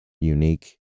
unique